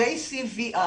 JCVI